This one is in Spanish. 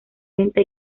lenta